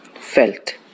Felt